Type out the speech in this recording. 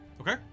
Okay